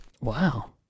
Wow